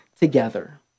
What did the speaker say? together